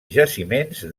jaciments